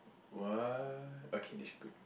what okay this is good